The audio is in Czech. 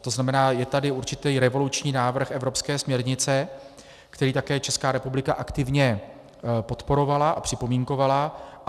To znamená, je tady určitý revoluční návrh evropské směrnice, který také Česká republika aktivně podporovala a připomínkovala.